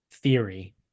theory